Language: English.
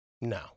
No